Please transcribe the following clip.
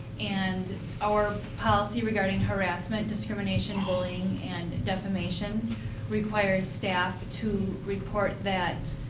and our policy regarding harassment, discrimination, bullying, and defamation requires staff to report that